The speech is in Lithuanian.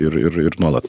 ir ir ir nuolat